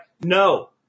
no